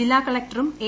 ജില്ലാ കളക്ടറും എ